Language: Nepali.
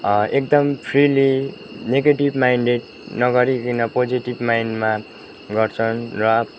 एकदम फ्रिली नेगेटिभ माइन्डेट नगरिकन पोजेटिभ माइन्डमा गर्छन् र